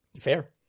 Fair